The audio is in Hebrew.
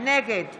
נגד